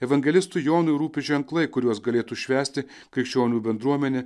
evangelistui jonui rūpi ženklai kuriuos galėtų švęsti krikščionių bendruomenė